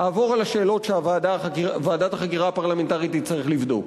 אעבור על השאלות שוועדת החקירה הפרלמנטרית תצטרך לבדוק,